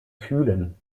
kühlen